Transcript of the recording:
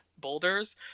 boulders